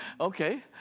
Okay